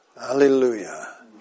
Hallelujah